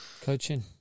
Coaching